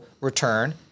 return